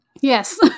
Yes